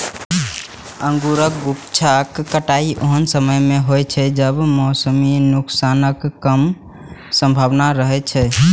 अंगूरक गुच्छाक कटाइ ओहन समय मे होइ छै, जब मौसमी नुकसानक कम संभावना रहै छै